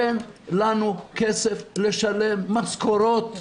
אין לנו כסף לשלם משכורות,